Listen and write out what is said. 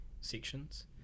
sections